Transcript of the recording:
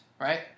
right